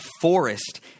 forest